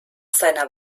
seiner